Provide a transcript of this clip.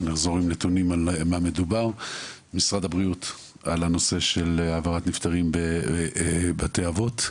לחזור עם נתונים וממשרד הבריאות נתונים לגבי העברת נפטרים מבתי אבות.